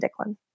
Dicklin